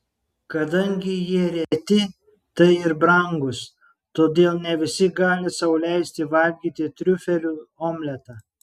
kadangi jie reti tai ir brangūs todėl ne visi gali sau leisti valgyti triufelių omletą